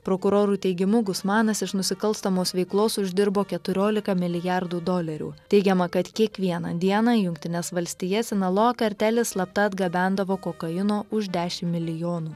prokurorų teigimu gusmanas iš nusikalstamos veiklos uždirbo keturiolika milijardų dolerių teigiama kad kiekvieną dieną į jungtines valstijas sinaloa karteles slapta atgabendavo kokaino už dešimt milijonų